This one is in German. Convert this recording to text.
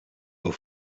auf